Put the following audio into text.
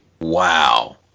Wow